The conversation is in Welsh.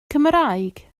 cymraeg